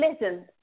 listen